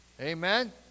Amen